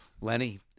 Lenny